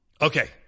Okay